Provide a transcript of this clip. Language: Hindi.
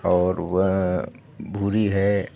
और वो है भूरी है